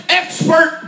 expert